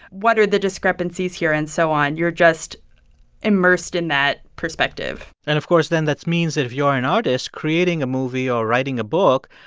what are the discrepancies here and so on? you're just immersed in that perspective and of course, then that means that if you're an artist creating a movie or writing a book,